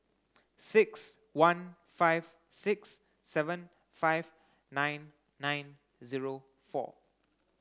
six one five six seven five nine nine zero four